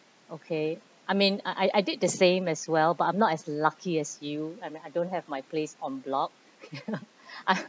okay I mean I I did the same as well but I'm not as lucky as you I mean I don't have my place en bloc I